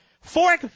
Four